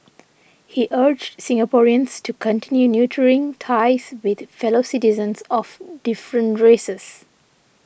he urged Singaporeans to continue nurturing ties with fellow citizens of different races